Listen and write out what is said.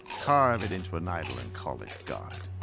carve it into an idol and call it god.